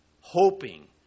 hoping